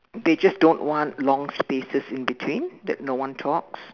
they just don't want long spaces in between that no one talks